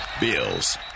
Bills